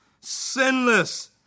Sinless